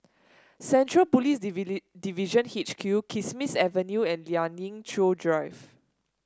Central Police Division H Q Kismis Avenue and Lien Ying Chow Drive